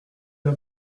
l’a